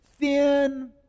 Thin